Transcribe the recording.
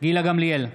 גילה גמליאל,